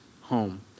home